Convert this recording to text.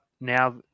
now